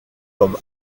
comme